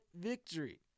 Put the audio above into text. victory